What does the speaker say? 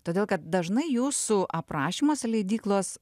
todėl kad dažnai jūsų aprašymas leidyklos